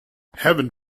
heaven